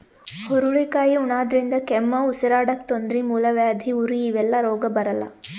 ಹುರಳಿಕಾಯಿ ಉಣಾದ್ರಿನ್ದ ಕೆಮ್ಮ್, ಉಸರಾಡಕ್ಕ್ ತೊಂದ್ರಿ, ಮೂಲವ್ಯಾಧಿ, ಉರಿ ಇವೆಲ್ಲ ರೋಗ್ ಬರಲ್ಲಾ